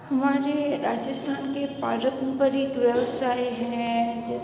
हमारे राजस्थान के पारंपरिक व्यवसाय है जैसे